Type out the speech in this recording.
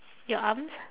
your arms